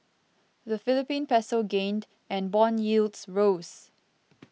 the Philippine Peso gained and bond yields rose